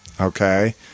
Okay